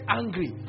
angry